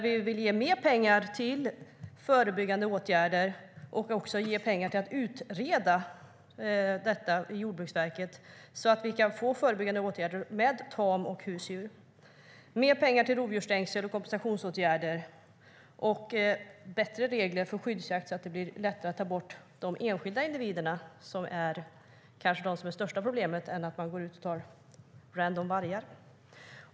Vi vill ge mer pengar till förebyggande åtgärder och till att utreda detta i Jordbruksverket så att vi kan få förebyggande åtgärder för tam och husdjur, mer pengar till rovdjursstängsel och observationsåtgärder och bättre regler för skyddsjakt så att det blir lättare att ta bort de individer som är det största problemet i stället för att man går ut och tar "random" vargar.